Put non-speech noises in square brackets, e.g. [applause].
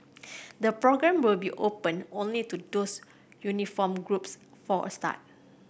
[noise] the programme will be open only to those uniformed groups for a start